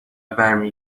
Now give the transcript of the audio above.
برمی